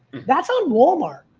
that's on walmart.